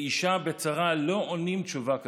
לאישה בצרה לא עונים תשובה כזאת,